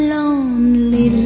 lonely